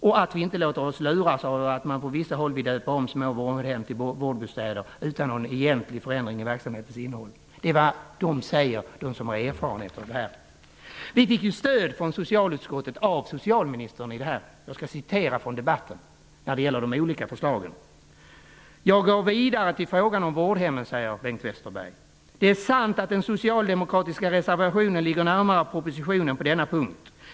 De låter sig inte luras av att man på vissa håll vill döpa om vårdhem till vårdbostäder utan några egentliga förändringar i verksamhetens innehåll. Detta är vad de som har erfarenheter av detta område säger. Vi fick stöd för de olika förslagen i socialutskottet av socialministern. Han sade följande i debatten: ''Jag går vidare till frågan om vårdhemmen. Det är sant att den socialdemokratiska reservationen ligger närmare propositionen på denna punkt.